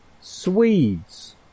Swedes